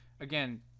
again